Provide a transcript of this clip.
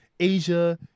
Asia